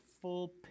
full